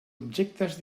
objectes